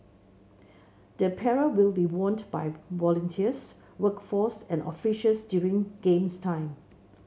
the apparel will be worn by volunteers workforce and officials during Games time